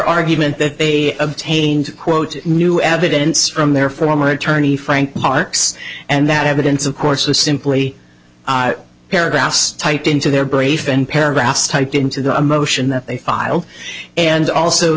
argument that they obtained quote new evidence from their former attorney frank parks and that evidence of course was simply paragraphs typed into their brief and paragraphs typed into a motion that they filed and also